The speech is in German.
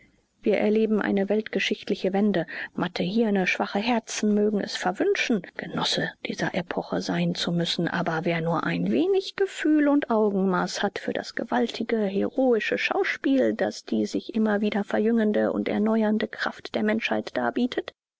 wir erleben eine weltgeschichtliche wende matte hirne schwache herzen mögen es verwünschen genosse dieser epoche sein zu müssen aber wer nur ein wenig gefühl und augenmaß hat für das gewaltige heroische schauspiel das die sich immer wieder verjüngende und erneuernde kraft der menschheit darbietet